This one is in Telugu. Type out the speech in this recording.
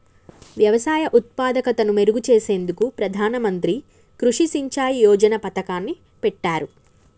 వ్యవసాయ ఉత్పాదకతను మెరుగు చేసేందుకు ప్రధాన మంత్రి కృషి సించాయ్ యోజన పతకాన్ని పెట్టారు